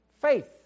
Faith